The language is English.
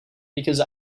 because